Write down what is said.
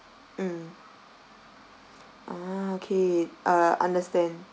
mm mm okay uh understand